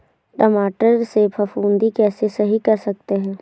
टमाटर से फफूंदी कैसे सही कर सकते हैं?